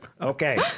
Okay